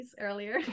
earlier